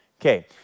Okay